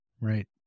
Right